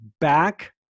back